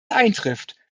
eintrifft